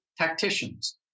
tacticians